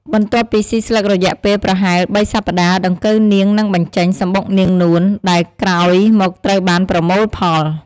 បន្ទាប់ពីស៊ីស្លឹករយៈពេលប្រហែលបីសប្ដាហ៍ ដង្កូវនាងនឹងបញ្ចេញ សំបុកនាងនួន ដែលក្រោយមកត្រូវបានប្រមូលផល។